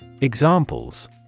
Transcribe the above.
Examples